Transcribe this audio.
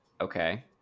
Okay